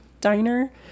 diner